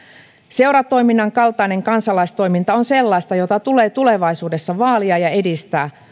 seuratoiminnan kaltainen kansalaistoiminta on sellaista jota tulee tulevaisuudessa vaalia ja edistää